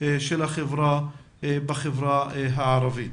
של החברה בחברה הערבית.